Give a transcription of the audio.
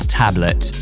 tablet